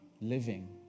living